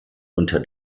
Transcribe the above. unter